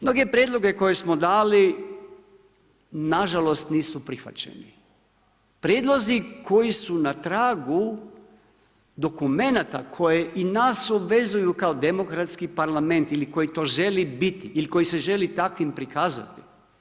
Mnoge prijedloge koje smo dali nažalost nisu prihvaćeni, prijedlozi koji su na tragu dokumenata koje i nas obvezuju kao demokratski parlament ili koji to žele biti ili koji se želi takvim prikazati.